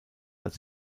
als